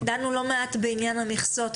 דנו לא מעט בעניין המכסות,